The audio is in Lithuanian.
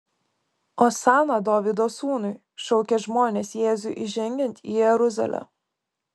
osana dovydo sūnui šaukė žmonės jėzui įžengiant į jeruzalę